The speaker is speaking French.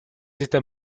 états